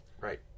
right